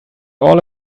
all